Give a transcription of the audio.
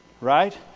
Right